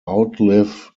outlive